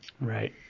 right